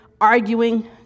arguing